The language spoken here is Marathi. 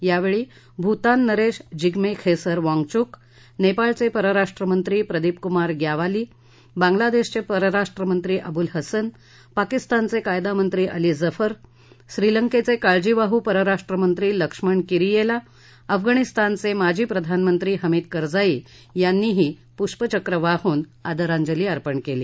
यावेळी भूतान नरेश जीग्मे खेसर वाँगचूक नेपाळचे परराष्ट्रमंत्री प्रदिप कुमार ग्यावाली बांगलादेशचे परराष्ट्रमंत्री अबुल हसन पाकिस्तानचे कायदामंत्री अली जफर श्रीलंकेचे काळजीवाह परराष्ट्रमंत्री लक्ष्मण किरीयेला अफगाणिस्तानचे माजी प्रधानमंत्री हमीद करजाई यांनी ही यावेळी पुष्पचक्र वाहुन आदरांजली अर्पण केली